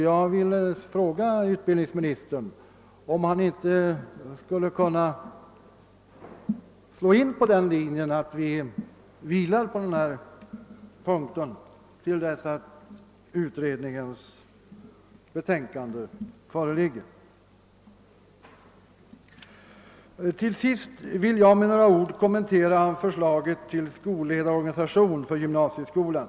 Jag vill fråga utbildningsminis tern om han inte skulle kunna tänka sig att låta frågan vila på denna punkt till dess att utredningens betänkande föreligger. Till sist vill jag med några ord kommentera förslaget till skolledarorganisation för gymnasieskolan.